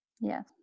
Yes